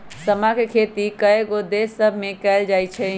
समा के खेती कयगो देश सभमें कएल जाइ छइ